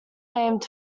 named